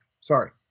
sorry